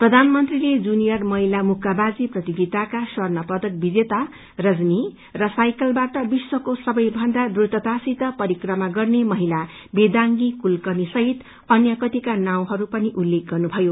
प्रधानमन्त्रीले जूनियर महिला मुक्काबाजी प्रतियोगिताका स्वर्ण पदक विजेता रजनी र साइकलबार विश्वको सबैभन्दा द्रुततासित परिक्रमा गर्ने महिला वेदांगी कुलकर्णीसहित अन्य कतिका नाउँहरू उत्लेख पनि गर्नुभयो